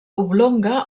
oblonga